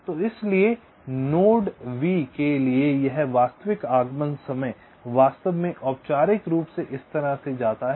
तो इसलिए node V के लिए यह वास्तविक आगमन समय वास्तव में औपचारिक रूप से इस तरह से जाता है